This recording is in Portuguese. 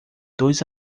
dois